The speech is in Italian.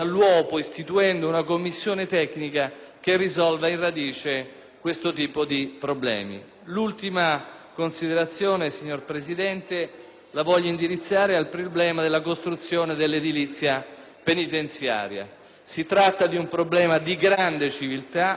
L'ultima considerazione, signor Presidente, la voglio indirizzare al problema dell'edilizia penitenziaria. Si tratta di un problema di grande civiltà. Qui ci siamo battuti per introdurre delle norme severissime,